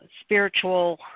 Spiritual